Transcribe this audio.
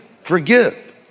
Forgive